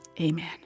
amen